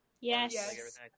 yes